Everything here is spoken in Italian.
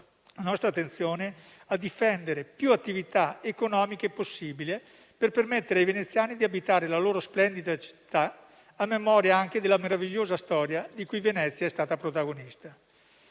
la nostra attenzione a difendere più attività economiche possibili, per permettere ai veneziani di abitare la loro splendida città, a memoria anche della meravigliosa storia di cui Venezia è stata protagonista.